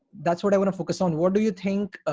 that's what i wanna focus on what do you think